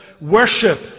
worship